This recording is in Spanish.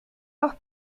los